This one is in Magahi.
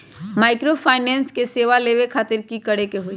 माइक्रोफाइनेंस के सेवा लेबे खातीर की करे के होई?